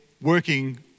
working